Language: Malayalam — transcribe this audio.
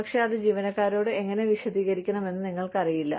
പക്ഷേ അത് ജീവനക്കാരോട് എങ്ങനെ വിശദീകരിക്കണമെന്ന് നിങ്ങൾക്കറിയില്ല